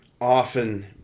often